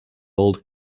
old